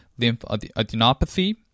lymphadenopathy